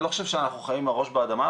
אני לא חושב שאנחנו חיים עם הראש באדמה,